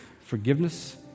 forgiveness